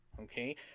okay